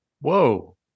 Whoa